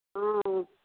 हँ हँ